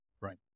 Right